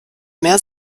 mehr